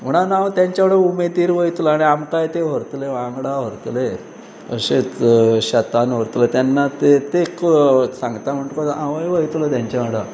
म्हणून हांव तांच्या वांगडेन उमेदीर वयतलो आनी आमकांय तें व्हरतले वांगडा व्हरतले अशेंच शेतान व्हरतले तेन्ना ते ते सांगता म्हणटकच हांवय वयतलो तेंच्या वांगडा